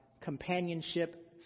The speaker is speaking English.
companionship